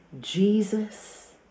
Jesus